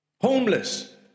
homeless